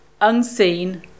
unseen